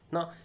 Now